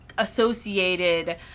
Associated